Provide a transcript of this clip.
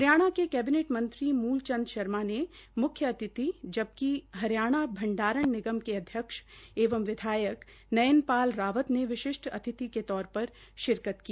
हरियाणा के कैबिनेट मंत्री मूलचंद शर्मा ने मुख्य अतिथि जबकि हरियाणा भण्डारण निगम के अध्यक्ष एवं विधायक नयन पाल रावत ने विशिष्ट अतिथि के तौर पर शिरकत की